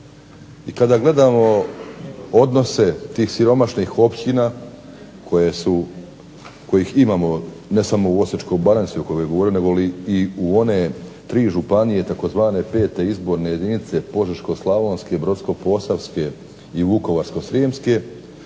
I kada gledamo odnose tih siromašnih općina kojih imamo ne samo u Osječko-baranjskoj o kojem je govorio negoli i u one tri županije tzv. pete izborne jedinice Požeško-slavonske, Brodsko-posavske i Vukovarsko-srijemske